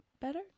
better